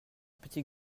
petit